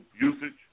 usage